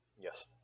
yes